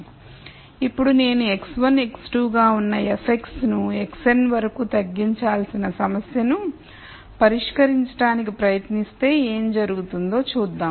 ఇప్పుడు నేను x1 x2గా వున్న fను xn వరకు తగ్గించాల్సిన సమస్యను పరిష్కరించడానికి ప్రయత్నిస్తే ఏమి జరుగుతుందో చూద్దాం